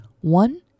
One